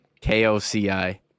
K-O-C-I